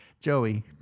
Joey